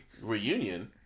Reunion